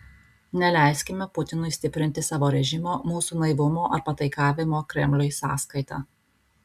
neleiskime putinui stiprinti savo režimo mūsų naivumo ar pataikavimo kremliui sąskaita